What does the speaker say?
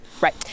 Right